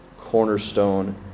cornerstone